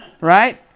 Right